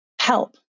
help